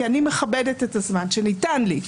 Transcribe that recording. כי אני מכבדת את הזמן שניתן לי.